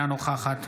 אינה נוכחת